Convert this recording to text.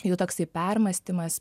jų toksai permąstymas